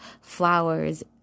flowers